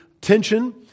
tension